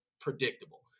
predictable